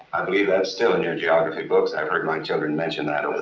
i believe that's still in your geography books. i've heard my children mention that.